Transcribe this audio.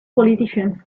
politicians